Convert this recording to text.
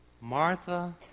Martha